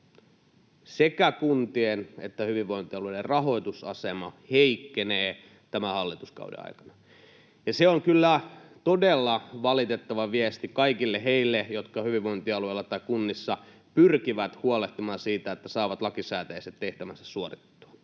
sekä kuntien että hyvinvointialueiden rahoitusasema heikkenee tämän hallituskauden aikana. Se on kyllä todella valitettava viesti kaikille heille, jotka hyvinvointialueilla tai kunnissa pyrkivät huolehtimaan siitä, että saavat lakisääteiset tehtävänsä suoritettua.